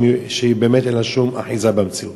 שבאמת אין לה שום אחיזה במציאות?